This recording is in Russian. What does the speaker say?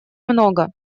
много